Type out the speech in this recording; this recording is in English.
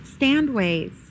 standways